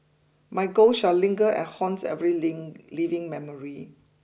my ghost shall linger and haunt live living memory